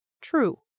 True